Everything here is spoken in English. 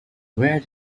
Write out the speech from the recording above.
where